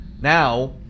now